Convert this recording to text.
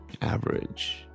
average